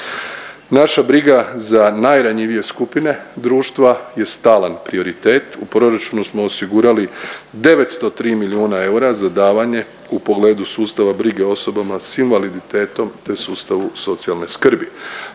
Naša briga za najranjivije skupine društva je stalan prioritet, u proračunu smo osigurali 903 milijuna eura za davanje u pogledu sustava brige osobama s invaliditetom, te sustavu socijalne skrbi.